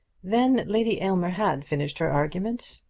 then lady aylmer had finished her argument,